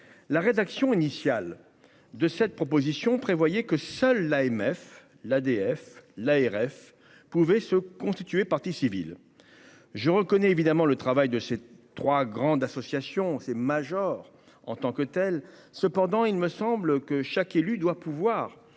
la rédaction initiale de cette proposition prévoyait que seul l'AMF l'ADF, l'ARF pouvait se constituer partie civile je reconnais évidemment le travail de ces 3 grandes associations ces majors en tant que telle, cependant, il me semble que chaque élu doit pouvoir